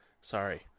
sorry